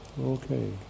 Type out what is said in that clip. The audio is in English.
okay